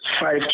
five